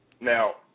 Now